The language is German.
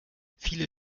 viele